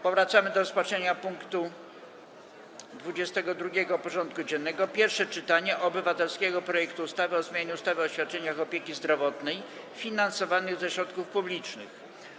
Powracamy do rozpatrzenia punktu 22. porządku dziennego: Pierwsze czytanie obywatelskiego projektu ustawy o zmianie ustawy o świadczeniach opieki zdrowotnej finansowanych ze środków publicznych.